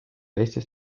eestis